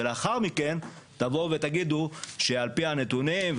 ולאחר מכן תבואו ותגידו שעל פי הנתונים,